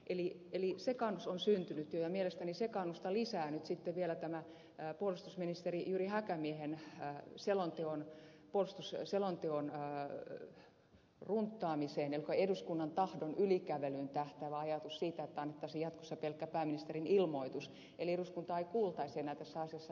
eli sekaannus on syntynyt jo ja mielestäni sekaannusta lisää nyt sitten vielä tämä puolustusministeri jyri häkämiehen puolustusselonteon runttaamiseen eduskunnan tahdon ylikävelyyn tähtäävä ajatus siitä että annettaisiin jatkossa pelkkä pääministerin ilmoitus eli eduskuntaa ei kuultaisi enää tässä asiassa niin kuin ennen